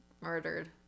murdered